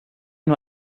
nur